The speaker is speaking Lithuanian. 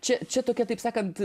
čia čia tokia taip sakant